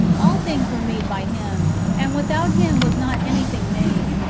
all things were made by him, and without him was not anything made.